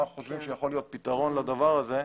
מה אנחנו חושבים שיכול להיות הפתרון לדבר הזה.